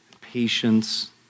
patience